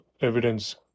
evidence